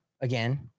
again